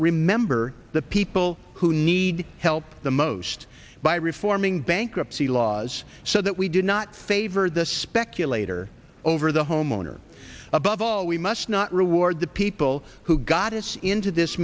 remember the people who need help the most by reforming bankruptcy laws so that we do not favor the speculator over the homeowner above all we must not reward the people who got us into this